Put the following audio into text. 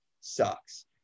sucks